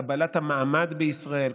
קבלת המעמד בישראל,